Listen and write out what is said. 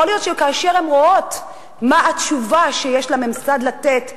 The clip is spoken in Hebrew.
יכול להיות שכאשר הן רואות מה התשובה שיש לממסד לתת,